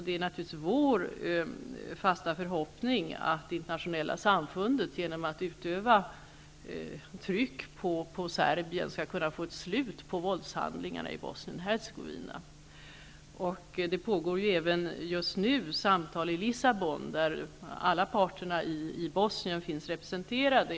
Det är naturligtvis vår fasta förhoppning att det internationella samfundet genom att utöva tryck på Serbien skall kunna få ett slut på våldshandlingarna i Bosnien-Hercegovina. Det pågår dessutom just nu samtal i Lissabon där alla parter i Bosnien finns representerade.